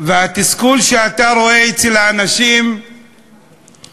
והתסכול שאתה רואה אצל האנשים מכך